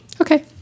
Okay